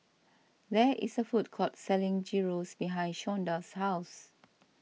there is a food court selling Gyros behind Shonda's house